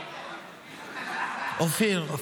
אופיר.